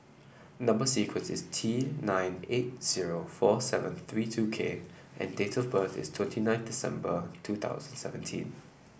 number sequence is T nine eight zero four seven three two K and date of birth is twenty nine December two thousand seventeen